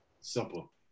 simple